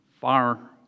far